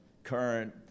Current